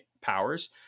powers